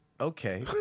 okay